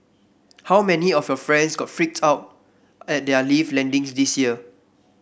how many of your friends got freaked out at their lift landings this year